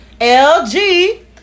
LG